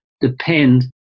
depend